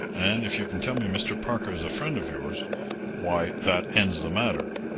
and if you can tell me mr. parker is a friend of yours why, that ends the matter,